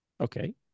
Okay